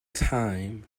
time